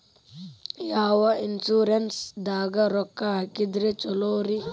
ಯಾವ ಇನ್ಶೂರೆನ್ಸ್ ದಾಗ ರೊಕ್ಕ ಹಾಕಿದ್ರ ಛಲೋರಿ?